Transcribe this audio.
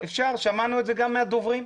ואת זה שמענו גם מהדוברים.